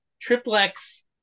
triplex